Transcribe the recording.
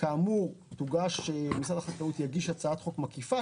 כאמור, משרד החקלאות יגיש הצעת חוק מקיפה.